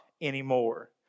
anymore